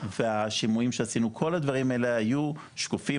והשימועים שעשינו כל הדברים האלה היו שקופים,